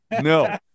no